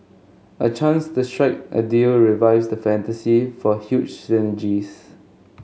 a chance to strike a deal revives the fantasy for huge synergies